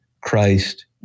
Christ